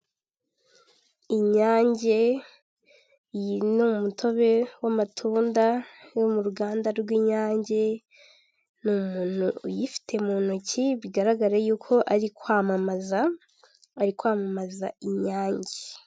Inyange, iyi ni umutobe w'amatunda yo mu ruganda rw'inyange, ni umuntu uyifite mu ntoki bigaraga y'uko ari kwamamaza, ari kwamamaza inyange.